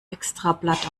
extrablatt